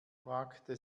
fragte